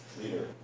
leader